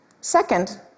Second